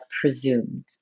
presumed